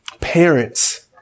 parents